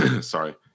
sorry